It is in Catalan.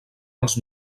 els